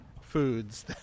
foods